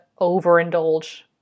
overindulge